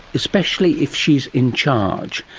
especially if she is in charge.